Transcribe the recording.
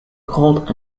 called